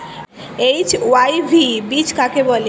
HYV বীজ কাকে বলে?